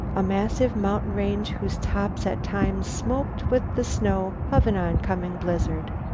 a massive mountain range whose tops at times smoked with the snow of an oncoming blizzard.